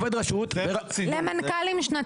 למנכ"לים שנתיים.